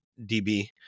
db